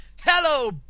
hello